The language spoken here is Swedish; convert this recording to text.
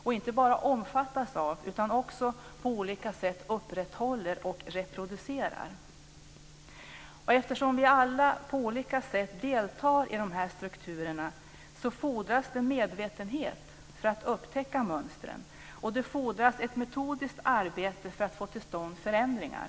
Och vi inte bara omfattas av dem, utan vi upprätthåller dem också på olika sätt och reproducerar dem. Eftersom vi alla på olika sätt deltar i de här strukturerna fordras det medvetenhet för att upptäcka mönstren. Det fordras ett metodiskt arbete för att få till stånd förändringar.